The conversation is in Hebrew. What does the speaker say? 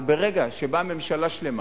אבל ברגע שבאה ממשלה שלמה,